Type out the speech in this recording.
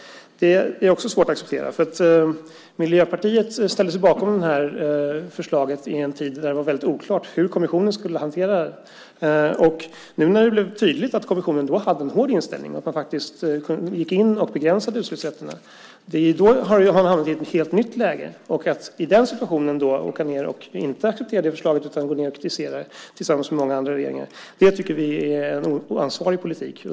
Miljöpartiet ställde sig bakom förslaget i en tid när det var oklart hur kommissionen skulle hantera det. Nu när det blev tydligt att kommissionen hade en hård inställning och att den gick in och begränsade utsläppsrätterna har man hamnat i ett helt nytt läge. Att i den situationen inte acceptera förslaget utan åka ned och kritisera det tillsammans med många andra regeringar tycker vi är en oansvarig politik.